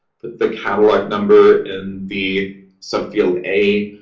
put the catalog number in the subfield a,